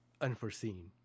Unforeseen